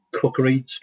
cookery